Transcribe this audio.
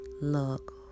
look